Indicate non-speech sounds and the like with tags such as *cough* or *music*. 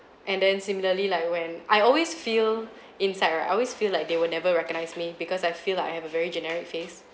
and then similarly like when I always feel *breath* inside right I always feel like they will never recognize me because I feel like I have a very generic face